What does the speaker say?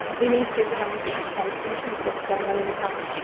we need supervisors to pay attention to what's going on in the car.